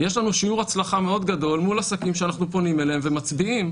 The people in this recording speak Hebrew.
יש לנו שיעור הצלחה מאוד גדול מול עסקים שאנחנו פונים אליהם ומצביעים,